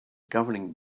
governing